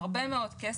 הרבה מאוד כסף.